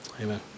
Amen